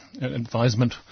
advisement